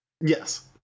Yes